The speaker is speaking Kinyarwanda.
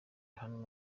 hano